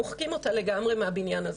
מוחקים אותה לגמרי מהבניין הזה.